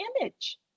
image